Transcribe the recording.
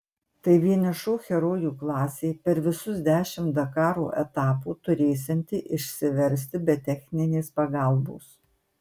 tai vienišų herojų klasė per visus dešimt dakaro etapų turėsianti išsiversti be techninės pagalbos